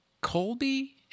Colby